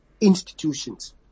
institutions